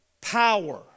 power